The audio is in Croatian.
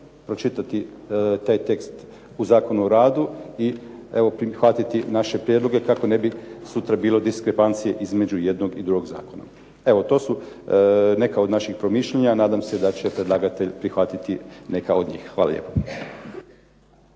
pročitati taj tekst u Zakonu o radu i evo prihvatiti naše prijedloge kako sutra ne bi bilo diskrepancije između jednog i drugog zakona. Evo to su neka od naših promišljanja. Nadam se da će predlagatelj prihvatiti neka od njih. **Antunović,